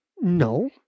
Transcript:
No